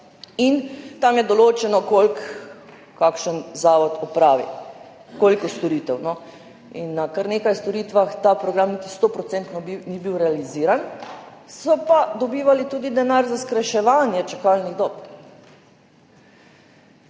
In tam je določeno, koliko kakšen zavod opravi, koliko storitev. Na kar nekaj storitvah ta program niti 100-procentno ni bil realiziran, so pa dobivali tudi denar za skrajševanje čakalnih dob.